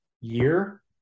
year